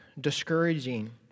Discouraging